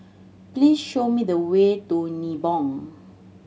please show me the way to Nibong